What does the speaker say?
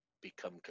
become